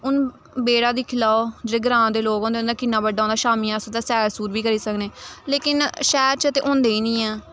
हून बेह्ड़ा दिक्खी लैओ जे ग्रां दे लोक होंदे उं'दा किन्ना बड्डा होंदा शामीं अस उत्थै सैर सूर बी करी सकनें लेकिन शैह्र च ते होंदे गै निं है